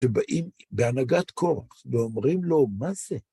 ובאים, בהנהגת קורח, ואומרים לו, "מה זה?"